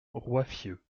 roiffieux